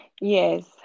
Yes